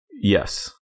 Yes